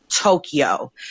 Tokyo